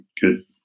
good